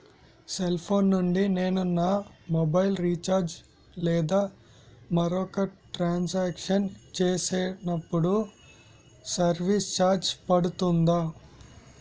Cell phone నుండి నేను నా మొబైల్ రీఛార్జ్ లేదా మరొక ట్రాన్ సాంక్షన్ చేసినప్పుడు సర్విస్ ఛార్జ్ పడుతుందా?